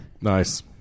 Nice